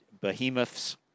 behemoths